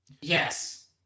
Yes